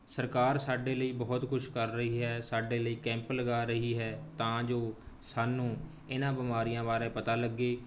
ਸਰਕਾਰ ਸਾਡੇ ਲਈ ਬਹੁਤ ਕੁਛ ਕਰ ਰਹੀ ਹੈ ਸਾਡੇ ਲਈ ਕੈਂਪ ਲਗਾ ਰਹੀ ਹੈ ਤਾਂ ਜੋ ਸਾਨੂੰ ਇਹਨਾਂ ਬਿਮਾਰੀਆਂ ਬਾਰੇ ਪਤਾ ਲੱਗੇ